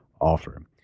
offer